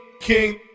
king